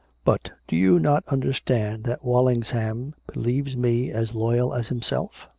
but do you not understand that walsingham believes me as loyal as himself?